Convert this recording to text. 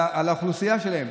על האוכלוסייה שלהם.